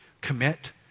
Commit